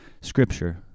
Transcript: Scripture